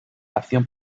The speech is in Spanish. acción